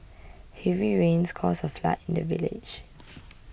heavy rains caused a flood in the village